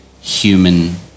human